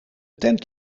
tent